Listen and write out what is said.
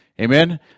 Amen